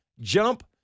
jump